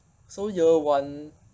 so year one